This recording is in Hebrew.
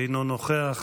אינו נוכח,